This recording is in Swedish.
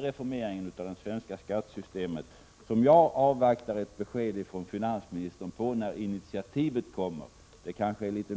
reformeringen av det svenska skattesystemet. Jag avvaktar ett besked från finansministern om när initiativet kommer till denna reformering.